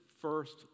first